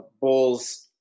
Bulls